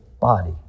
body